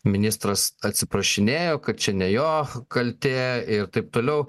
ministras atsiprašinėjo kad čia ne jo kaltė ir taip toliau